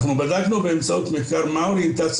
אנחנו בדקנו באמצעות מחקר מהי האוריינטציה